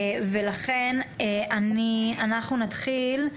ולכן אנחנו נתחיל.